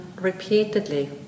repeatedly